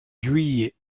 juillet